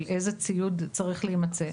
של איזה ציוד צריך להימצא.